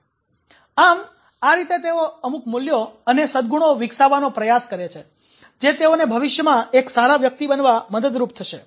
" આમ આ રીતે તેઓ અમુક મૂલ્યો અને સદ્દગુણો વિક્સાવવાનો પ્રયાસ કરે છે જે તેઓને ભવિષ્યમાં એક સારા વ્યક્તિ બનવા મદદરૂપ થશે